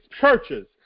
churches